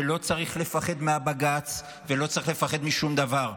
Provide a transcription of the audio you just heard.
ולא צריך לפחד מבג"ץ ולא צריך לפחד משום דבר.